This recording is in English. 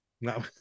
No